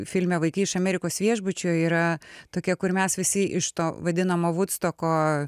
filme vaikai iš amerikos viešbučio yra tokia kur mes visi iš to vadinamo vudstoko